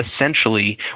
essentially